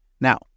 Now